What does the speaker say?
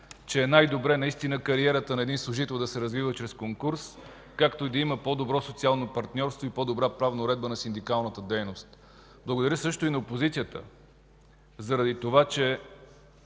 че е най-добре кариерата на един служител да се развива чрез конкурс, както и да има по-добро социално партньорство и по-добра правна уредба на синдикалната дейност. Благодаря също и на опозицията заради това, че